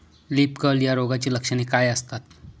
Leaf curl या रोगाची लक्षणे काय असतात?